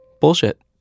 Bullshit